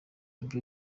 ibyo